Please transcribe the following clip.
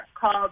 called